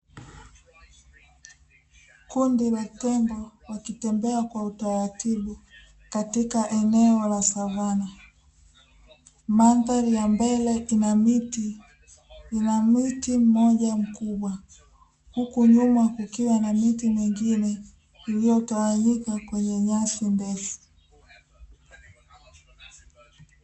Kundi la tembo wakitembea kwa utaratibu katika eneo la savana, mandhari ya mbele ina miti, ina mti mmoja mkubwa huku nyuma kukiwa na miti mingine iliyotawanyika kwenye nyasi ndefu.